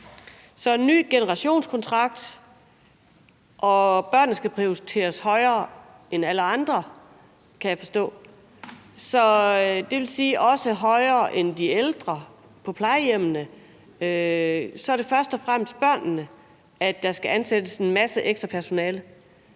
en ny generationskontrakt, og børnene skal prioriteres højere end alle andre, kan jeg forstå – også højere end de ældre på plejehjemmene. Så det er først og fremmest børnene, der skal ansættes en masse ekstra personale